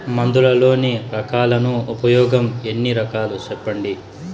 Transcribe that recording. మందులలోని రకాలను ఉపయోగం ఎన్ని రకాలు? సెప్పండి?